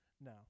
No